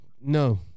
No